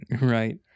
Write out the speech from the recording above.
Right